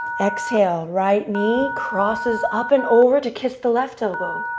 exhale. right knee crosses up and over to kiss the left elbow.